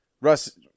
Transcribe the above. Russ